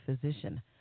physician